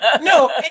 No